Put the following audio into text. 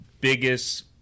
biggest